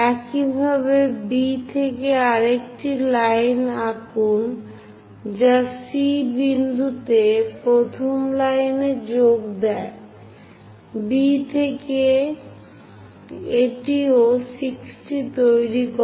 একইভাবে B থেকে আরেকটি লাইন আঁকুন যা C বিন্দুতে প্রথম লাইনে যোগ দেয় এবং B থেকে এটিও 60 তৈরি করে